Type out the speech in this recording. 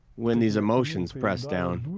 when these emotions press down,